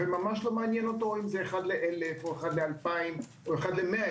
וזה לא מעניין אותו אם זה 1 לאלף או לאלפיים או ל-100,000.